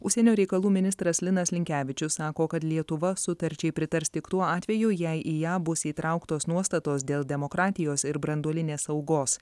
užsienio reikalų ministras linas linkevičius sako kad lietuva sutarčiai pritars tik tuo atveju jei į ją bus įtrauktos nuostatos dėl demokratijos ir branduolinės saugos